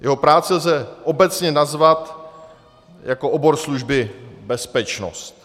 Jeho práci lze obecně nazvat jako obor služby bezpečnost.